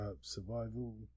Survival